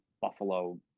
buffalo